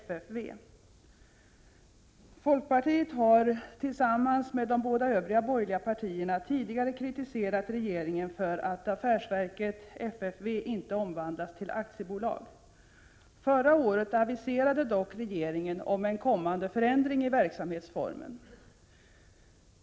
Folkpartiet har — tillsammans med de båda övriga borgerliga partierna — tidigare kritiserat regeringen för att affärsverket FFV inte omvandlats till aktiebolag. Förra året aviserade dock regeringen en kommande förändring i verksamhetsformen.